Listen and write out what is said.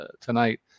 tonight